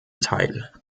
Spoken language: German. teil